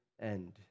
end